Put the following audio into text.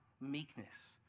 meekness